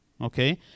okay